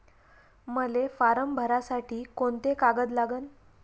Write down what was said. मले फारम भरासाठी कोंते कागद लागन?